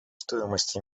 стоимость